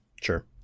Sure